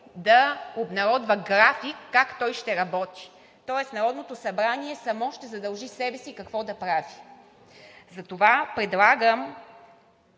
да обнародва график как то ще работи, тоест Народното събрание само ще задължи себе си какво да прави. Затова предлагам,